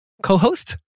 Co-host